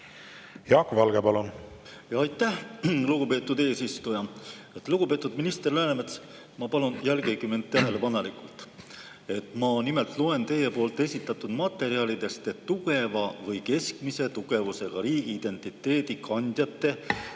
Jaak Valge, palun! Aitäh, lugupeetud eesistuja! Lugupeetud minister Läänemets! Ma palun, jälgige mind tähelepanelikult. Ma nimelt loen teie esitatud materjalidest, et tugeva või keskmise tugevusega riigiidentiteedi kandjate